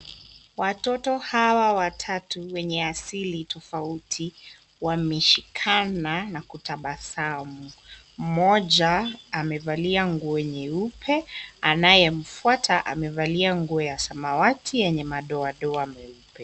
Watoto hawa watatu wenye asili tofauti wameshikana na kutabasamu. Mmoja amevalia nguo nyeupe anayemfuata amevalia nguo ya samawati yenye madoadoa meupe.